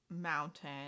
mountain